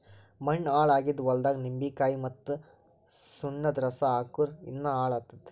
ಮಣ್ಣ ಹಾಳ್ ಆಗಿದ್ ಹೊಲ್ದಾಗ್ ನಿಂಬಿಕಾಯಿ ಮತ್ತ್ ಸುಣ್ಣದ್ ರಸಾ ಹಾಕ್ಕುರ್ ಇನ್ನಾ ಹಾಳ್ ಆತ್ತದ್